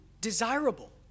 desirable